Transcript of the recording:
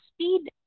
speed